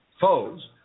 foes